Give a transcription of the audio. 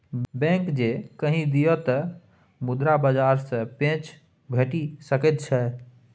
bank जँ कहि दिअ तँ मुद्रा बाजार सँ पैंच भेटि सकैत छै